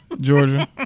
Georgia